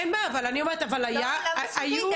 אין בעיה, אבל היו --- למה זכוכית?